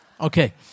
okay